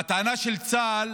והטענה של צה"ל